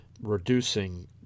reducing